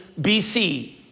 BC